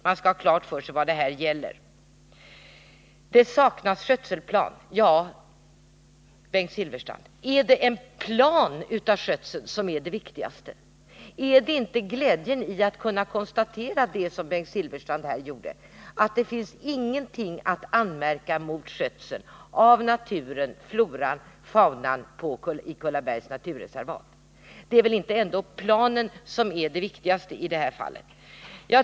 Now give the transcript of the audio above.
Vi skall ha klart för oss vad det här gäller. Herr Silfverstrand sade att det saknas en skötselplan. Är det en plan för skötseln som är det viktigaste? Är inte det viktigaste glädjen att kunna göra det konstaterande som herr Silfverstrand här gjorde — att det inte finns något att anmärka mot skötseln av naturen, floran och faunan i Kullabergs naturreservat? Det är väl inte planen som är det viktigaste i detta fall.